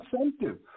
incentive